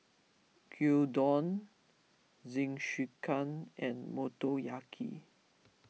Gyudon Jingisukan and Motoyaki